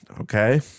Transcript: Okay